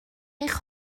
eich